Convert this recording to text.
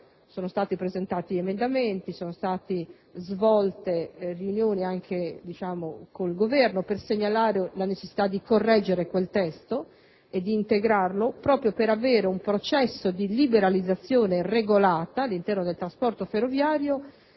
sono stati presentati emendamenti, svolte riunioni anche con il Governo per segnalare la necessità di correggere quel testo e di integrarlo, proprio per garantire un processo di liberalizzazione regolata nel settore del trasporto ferroviario